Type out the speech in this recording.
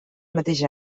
mateix